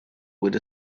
with